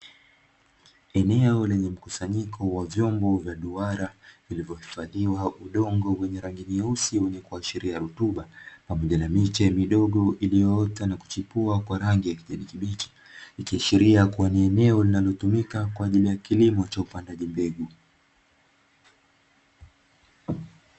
Eneo lenye mkusanyiko wa vyombo vya duara, vilivohifadhiwa udongo wenye rangi nyeusi wenye kuashiria rutuba. Pamoja na miche midogo iliyoota na kuchipua kwa rangi ya kijani kibichi, ikiashiria kuwa ni eneo linalotumika kwa kilimo cha upandaji mbegu.